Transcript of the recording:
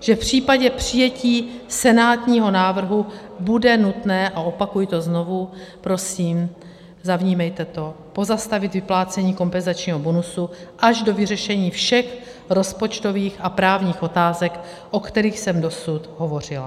že v případě přijetí senátního návrhu bude nutné, a opakuji to znovu, prosím, zavnímejte to, pozastavit vyplácení kompenzačního bonusu až do vyřešení všech rozpočtových a právních otázek, o kterých jsem dosud hovořila.